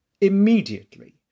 immediately